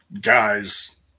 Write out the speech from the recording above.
Guys